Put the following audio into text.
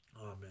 Amen